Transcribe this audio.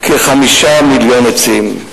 כ-5 מיליון עצים.